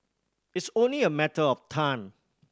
it's only a matter of time